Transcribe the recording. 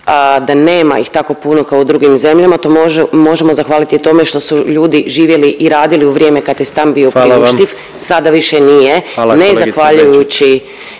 da nema ih tako puno kao u drugim zemljama to možemo zahvaliti tome što su ljudi živjeli i radili u vrijeme kad je stan bio priuštiv. …/Upadica predsjednik: Hvala vam./…